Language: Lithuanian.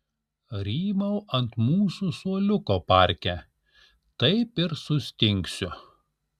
rymau ant mūsų suoliuko parke taip ir sustingsiu